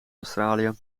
australië